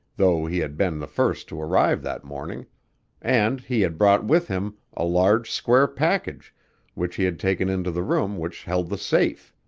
though he had been the first to arrive that morning and he had brought with him a large square package which he had taken into the room which held the safe.